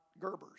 gerbers